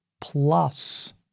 plus